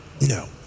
No